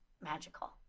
Magical